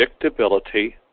predictability